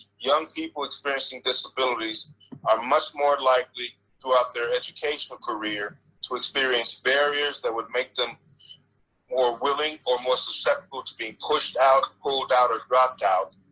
young people experiencing disabilities are much more likely throughout their educational career to experience barriers that would make them more willing or more susceptible to being pushed out, pulled out, or dropped out.